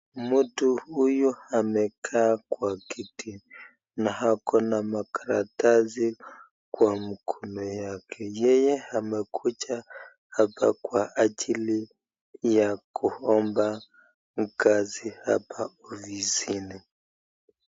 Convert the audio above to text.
Mtu huyu amekaa kwa kiti na ako na makaratasi kwa mono yakezyeye amekuja hapa kwa ajili ya kuonba kazi hapa ofisini.